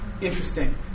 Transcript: Interesting